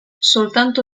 soltanto